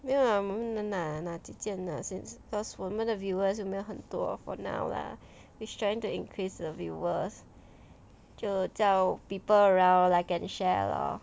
没有啊我们能拿那几件了 cause 我们的 viewers 就有没有很多 for now lah which trying to increase the viewers 就叫 people around like and share lor